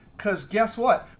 because guess what?